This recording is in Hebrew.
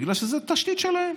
בגלל שזו התשתית שלהן.